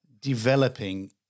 developing